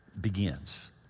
begins